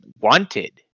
wanted